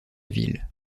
ville